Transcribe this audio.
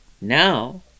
Now